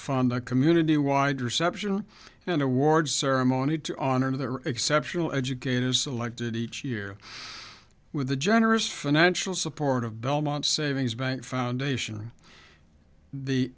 fund the community wide reception and awards ceremony to honor their exceptional educators selected each year with a generous financial support of belmont savings bank foundation the